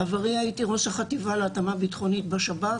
בעברי הייתי ראש החטיבה להתאמה ביטחונית בשב"כ.